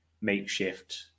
makeshift